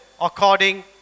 according